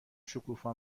شکوفا